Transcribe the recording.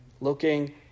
looking